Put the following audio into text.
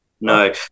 No